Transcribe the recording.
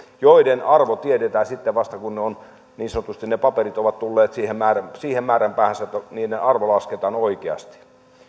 joiden arvo tiedetään sitten vasta kun niin sanotusti ne paperit ovat tulleet siihen määränpäähänsä että niiden arvo lasketaan oikeasti